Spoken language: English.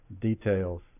details